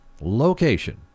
location